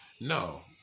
No